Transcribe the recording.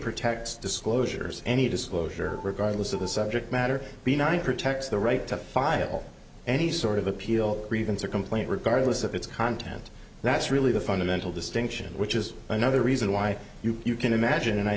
pretext disclosures any disclosure regardless of the subject matter benign protects the right to file any sort of appeal grievance or complaint regardless of its content that's really the fundamental distinction which is another reason why you can imagine and i